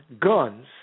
guns